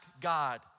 God